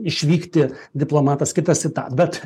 išvykti diplomatas kitas į tą bet